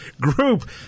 group